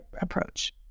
approach